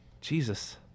Jesus